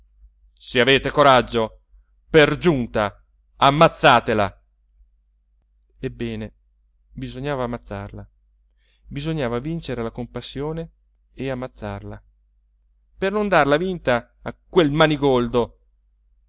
se avete coraggio per giunta ammazzatela ebbene bisognava ammazzarla bisognava vincere la compassione e ammazzarla per non darla vinta a quel manigoldo